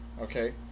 okay